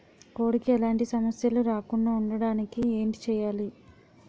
కోడి కి ఎలాంటి సమస్యలు రాకుండ ఉండడానికి ఏంటి చెయాలి?